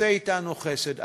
עשה אתנו חסד,